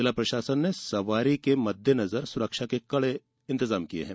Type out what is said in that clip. जिला प्रशासन ने सवारी के मद्देनजर सुरक्षा के कड़े प्रबंध किए हैं